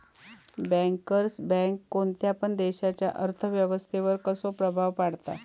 Bankers bank कोणत्या पण देशाच्या अर्थ व्यवस्थेवर कसो प्रभाव पाडता?